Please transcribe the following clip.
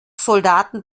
soldaten